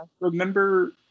remember